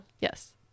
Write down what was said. Yes